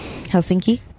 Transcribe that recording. Helsinki